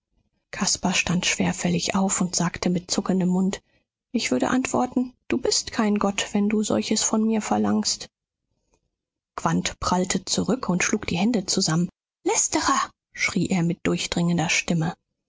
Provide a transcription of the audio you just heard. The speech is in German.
caspar stand schwerfällig auf und sagte mit zuckendem mund ich würde antworten du bist kein gott wenn du solches von mir verlangst quandt prallte zurück und schlug die hände zusammen lästerer schrie er mit durchdringender stimme